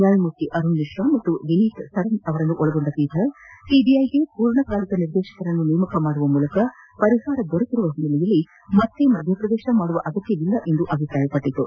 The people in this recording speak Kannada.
ನ್ಕಾಯಮೂರ್ತಿ ಅರುಣ್ ಮಿಶ್ರು ಮತ್ತು ವಿನೀತ್ ಸರನ ಅವರನ್ನೊಳಗೊಂಡ ಪೀಠ ಸಿಬಿಐಗೆ ಪೂರ್ಣ ಕಾಲಿಕ ನಿರ್ದೇಶಕರನ್ನು ನೇಮಕ ಮಾಡುವ ಮೂಲಕ ಪರಿಹಾರ ದೊರೆತಿರುವ ಹಿನ್ನೆಲೆಯಲ್ಲಿ ಮತ್ತೆ ಮಧ್ಯಪ್ರವೇಶ ಮಾಡುವ ಅಗತ್ತವಿಲ್ಲ ಎಂದು ಅಭಿಪ್ರಾಯಪಟ್ಟಿತು